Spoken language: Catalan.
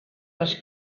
les